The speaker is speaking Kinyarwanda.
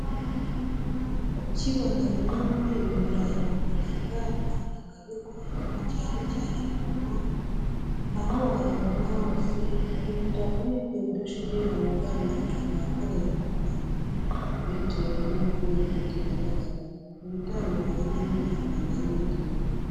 Ukibona bimwe muri ibi birango biranga amafaranga y'u rwanda cyane cyane ku noti aho wayabona hosehita uyibwira udashidikanya ko aya mafaranga yakoreye mu rwanda bitewe n'uko iyo nyuti igaragara ibitandukanye n'andi mafaranga y'ibindi bihugu.